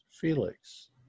Felix